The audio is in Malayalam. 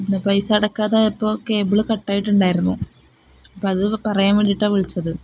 പിന്നെ പൈസ അടയ്ക്കാതായപ്പോള് കേബിള് കട്ടായിട്ടുണ്ടായിരുന്നു അപ്പോള് അതു പറയാൻ വേണ്ടിയിട്ടാണു വിളിച്ചത്